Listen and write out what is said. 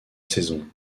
saison